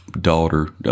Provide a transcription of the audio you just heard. daughter